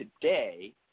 today